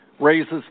raises